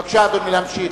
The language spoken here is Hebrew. בבקשה, אדוני, להמשיך.